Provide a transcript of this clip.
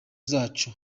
zacu